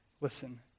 Listen